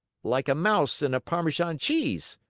like a mouse in a parmesan cheese.